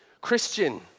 Christian